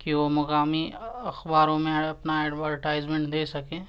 کہ وہ مقامی اخباروں میں اپنا ایڈورٹائزمنٹ دے سکیں